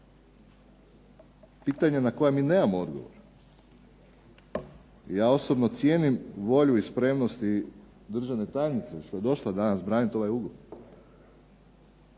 pitanja na koja mi nemamo odgovor. I ja osobno cijenim volju i spremnost i državne tajnice što je došla danas braniti ovaj ugovor.